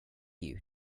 you